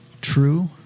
true